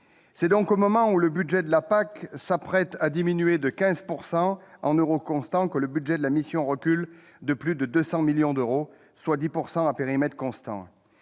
C'est donc au moment où le budget de la PAC est sur le point de diminuer de 15 % en euros constants que le budget de la mission recule de plus de 200 millions d'euros, soit 10 % à périmètre constant.